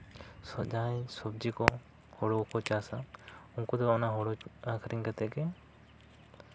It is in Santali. ᱥᱮ ᱡᱟᱦᱟᱸᱭ ᱥᱚᱵᱡᱤ ᱠᱚ ᱦᱳᱲᱳ ᱠᱚᱠᱚ ᱪᱟᱥᱟ ᱩᱱᱠᱩ ᱫᱚ ᱚᱱᱟ ᱦᱳᱲᱳ ᱟᱠᱷᱨᱤᱧ ᱠᱟᱛᱮ ᱜᱮ